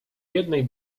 jednej